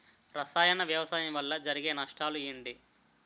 రసాయన వ్యవసాయం వల్ల జరిగే నష్టాలు ఏంటి?